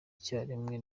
icyarimwe